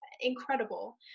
incredible